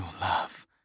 love